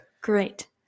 Great